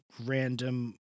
random